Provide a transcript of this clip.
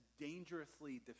dangerously